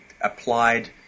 applied